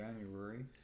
January